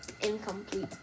incomplete